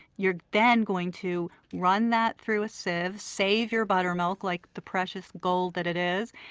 you're then going to run that through a sieve. save your buttermilk like the precious gold that it is.